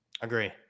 Agree